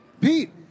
Pete